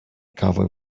covered